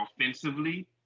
offensively